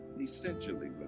essentially